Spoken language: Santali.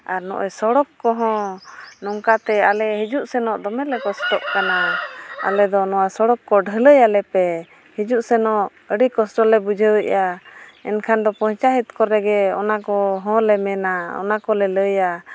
ᱟᱨ ᱱᱚᱜᱼᱚᱸᱭ ᱥᱚᱲᱚᱠ ᱠᱚᱦᱚᱸ ᱱᱚᱝᱠᱟ ᱛᱮ ᱟᱞᱮ ᱦᱤᱡᱩᱜ ᱥᱮᱱᱚᱜ ᱫᱚᱢᱮᱞᱮ ᱠᱚᱥᱴᱚᱜ ᱠᱟᱱᱟ ᱟᱞᱮ ᱫᱚ ᱱᱚᱣᱟ ᱥᱚᱲᱚᱠ ᱰᱷᱟᱹᱞᱟᱹᱭ ᱟᱞᱮᱯᱮ ᱦᱤᱡᱩᱜ ᱥᱮᱱᱚᱜ ᱟᱹᱰᱤ ᱠᱚᱥᱴᱚ ᱞᱮ ᱵᱩᱡᱷᱟᱹᱣᱮᱜᱼᱟ ᱮᱱᱠᱷᱟᱱ ᱫᱚ ᱯᱚᱧᱪᱟᱭᱮᱛ ᱠᱚᱨᱮᱜᱮ ᱚᱱᱟ ᱠᱚᱦᱚᱸᱞᱮ ᱢᱮᱱᱟ ᱚᱱᱟ ᱠᱚᱞᱮ ᱞᱟᱹᱭᱟ